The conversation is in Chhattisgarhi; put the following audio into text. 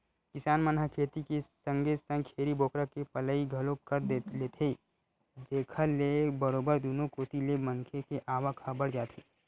किसान मन ह खेती के संगे संग छेरी बोकरा के पलई घलोक कर लेथे जेखर ले बरोबर दुनो कोती ले मनखे के आवक ह बड़ जाथे